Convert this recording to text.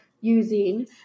using